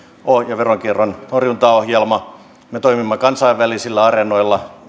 ja veronkierron torjuntaohjelma me toimimme kansainvälisillä areenoilla